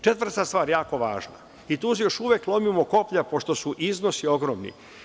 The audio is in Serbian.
Četvrta stvar, jako važna, i tu još uvek lomimo koplja pošto su iznosi ogromni.